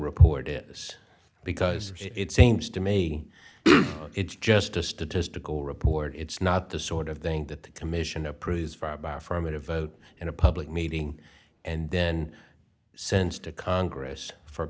report is because it seems to me it's just a statistical report it's not the sort of thing that the commission approved from a to vote in a public meeting and then sends to congress for